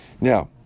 now